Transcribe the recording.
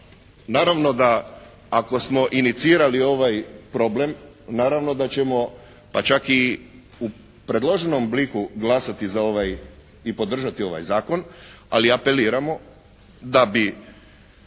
naravno da ako smo inicirali ovaj problem naravno da ćemo, pa čak i u predloženom obliku glasati za ovaj i podržati ovaj zakon. Ali apeliramo da bi,